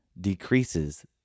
decreases